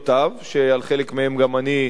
שעל חלק מהן גם אני חלקתי,